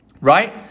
right